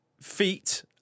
feet